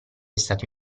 stato